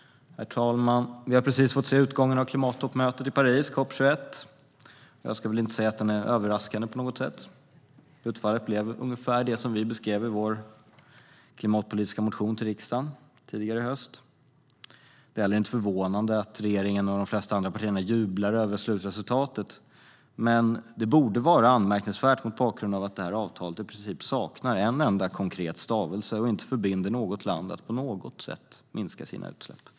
Vi har precis fått se utgången av klimattoppmötet i Paris, COP 21, och jag ska väl inte säga att den är överraskande på något sätt. Utfallet blev ungefär det som vi beskrev i vår klimatpolitiska motion till riksdagen tidigare i höst. Det är heller inte förvånande att regeringen och de flesta andra partierna jublar över slutresultatet. Men det borde vara anmärkningsvärt mot bakgrund av att det här avtalet i princip saknar en enda konkret stavelse och inte förbinder något land att på något sätt minska sina utsläpp.